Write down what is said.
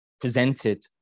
presented